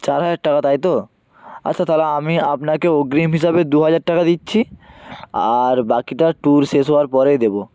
চার হাজার টাকা তাই তো আচ্ছা তাহলে আমি আপনাকে অগ্রিম হিসাবে দু হাজার টাকা দিচ্ছি আর বাকিটা ট্যুর শেষ হওয়ার পরেই দেবো